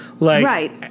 Right